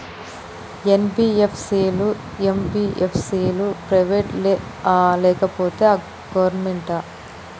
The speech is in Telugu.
ఎన్.బి.ఎఫ్.సి లు, ఎం.బి.ఎఫ్.సి లు ప్రైవేట్ ఆ లేకపోతే గవర్నమెంటా?